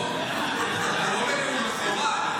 זה לא נאום בכורה.